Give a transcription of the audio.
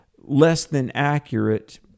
less-than-accurate